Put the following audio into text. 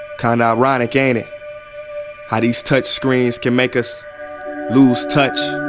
kinda ironic ain't it how. these touchscreens can, make us lose touch